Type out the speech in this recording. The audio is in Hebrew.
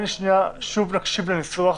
שוב נקשיב לניסוח,